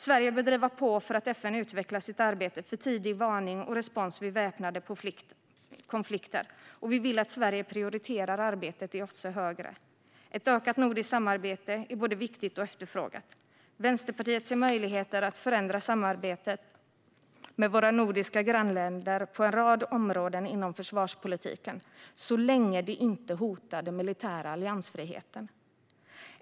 Sverige bör driva på för att FN ska utveckla sitt arbete för tidig varning och respons vid väpnande konflikter, och vi vill att Sverige prioriterar arbetet i OSSE högre. Ett ökat nordiskt samarbete är både viktigt och efterfrågat. Vänsterpartiet ser möjligheter att förändra samarbetet med våra nordiska grannländer på en rad områden inom försvarspolitiken, så länge det inte hotar den militära alliansfriheten.